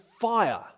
fire